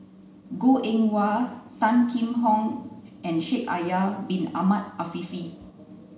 Goh Eng Wah Tan Kheam Hock and Shaikh Yahya bin Ahmed Afifi